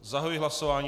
Zahajuji hlasování.